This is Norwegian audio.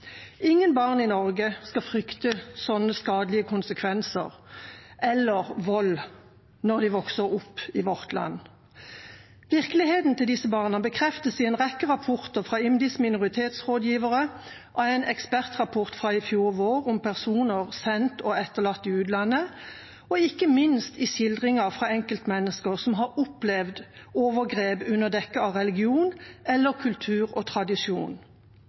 Ingen barn i Norge skal frykte sånne skadelige konsekvenser eller vold når de vokser opp i vårt land. Virkeligheten til disse barna bekreftes i en rekke rapporter fra IMDis minoritetsrådgivere, i en ekspertrapport fra i fjor vår om personer sendt til og etterlatt i utlandet, og ikke minst i skildringer fra enkeltmennesker som har opplevd overgrep under dekke av religion eller kultur og tradisjon.